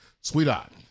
Sweetheart